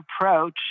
approach